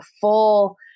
full